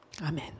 Amen